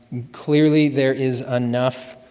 clearly there is enough